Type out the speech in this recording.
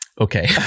okay